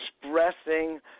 expressing